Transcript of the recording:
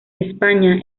españa